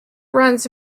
runs